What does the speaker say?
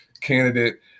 candidate